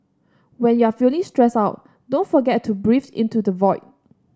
when you are feeling stressed out don't forget to breathe into the void